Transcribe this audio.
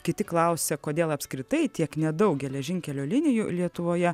kiti klausia kodėl apskritai tiek nedaug geležinkelio linijų lietuvoje